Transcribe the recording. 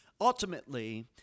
Ultimately